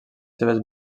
seves